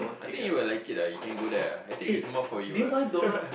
I think you would like it ah you can go there ah I think is more for you ah